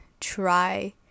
try